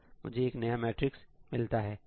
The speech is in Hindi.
मुझे एक नया मैट्रिक्स मिलता है